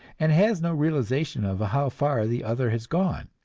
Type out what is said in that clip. and has no realization of how far the other has gone.